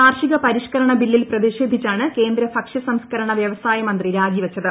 കാർഷിക പരിഷ്ക്കരണ ബില്ലിൽ പ്രതിഷേധിച്ചാണ് കേന്ദ്രഭക്ഷ്യ സംസ്കരണ വ്യവസായ മന്ത്രി രാജി വച്ചത്